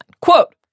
Quote